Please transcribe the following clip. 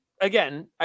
again